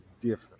different